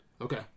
Okay